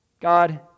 God